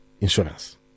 insurance